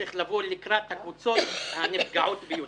צריך לבוא לקראת הקבוצות הנפגעות ביותר.